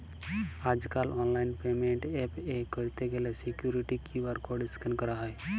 আজ কাল online payment এ পে ক্যরত গ্যালে সিকুইরিটি কিউ.আর কড স্ক্যান ক্যরা হ্য়